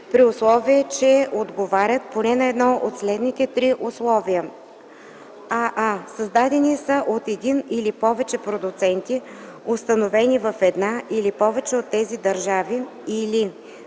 при условие че отговарят поне на едно от следните три условия: аа) създадени са от един или повече продуценти, установени в една или повече от тези държави, или